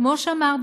וכמו שאמר,